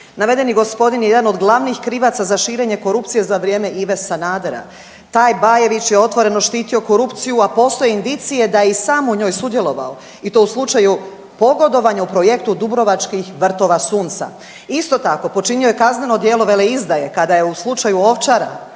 Navedeni gospodin je jedan od glavnih krivaca za širenje korupcije za vrijeme Ive Sanadera. Taj Bajević je otvoreno štitio korupciju, a postoje indicije da je i sam u njoj sudjelovao i to u slučaju pogodovanja u projektu dubrovačkih Vrtova sunca. Isto tako, počinio je kazneno djelo veleizdaje kada je u slučaju Ovčara,